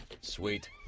Sweet